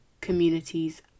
communities